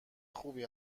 خوبی